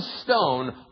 stone